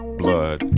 blood